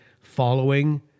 following